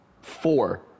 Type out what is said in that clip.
four